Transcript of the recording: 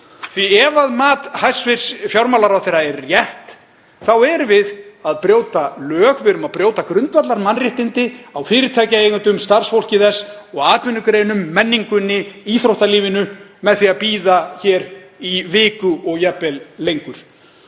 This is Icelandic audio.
viku? Ef mat hæstv. fjármálaráðherra er rétt þá erum við að brjóta lög. Við erum að brjóta grundvallarmannréttindi á fyrirtækjaeigendum, starfsfólki þeirra og atvinnugreinum, menningunni, íþróttalífinu, með því að bíða hér í viku og jafnvel lengur.